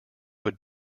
would